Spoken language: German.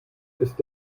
ist